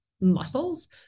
muscles